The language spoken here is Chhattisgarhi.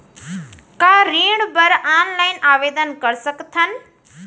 का ऋण बर ऑनलाइन आवेदन कर सकथन?